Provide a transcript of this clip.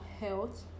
health